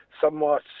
somewhat